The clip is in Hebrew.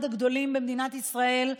אחד הגדולים במדינת ישראל,